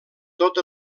tot